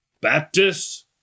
Baptist